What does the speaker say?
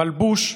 מלבוש,